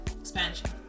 expansion